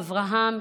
אברהם,